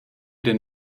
den